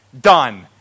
done